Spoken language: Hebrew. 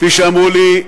כפי שאמרו לי: